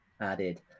added